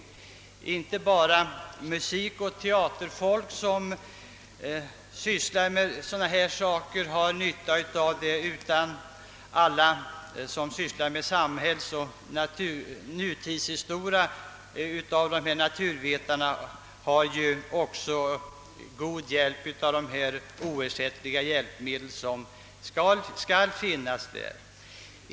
Det är inte bara musikoch teatermänniskor som har nytta av fonoteket, utan det har alla som sysslar med samhällsoch nutidshistoria. även naturvetare av olika slag har god hjälp av de oersättliga hjälpmedel som skall finnas i fonoteket.